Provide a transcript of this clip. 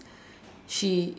she